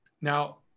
Now